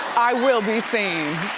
i will be seen.